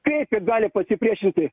kaip jie gali pasipriešinti